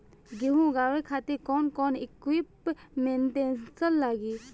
गेहूं उगावे खातिर कौन कौन इक्विप्मेंट्स लागी?